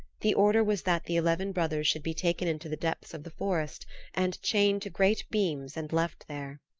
the order was that the eleven brothers should be taken into the depths of the forest and chained to great beams and left there.